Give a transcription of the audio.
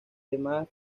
demás